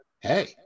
Hey